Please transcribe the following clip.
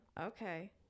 okay